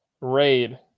Raid